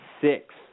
six